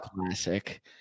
Classic